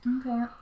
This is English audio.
Okay